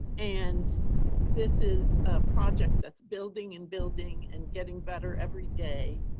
and this is a projects that's building and building and getting better every day.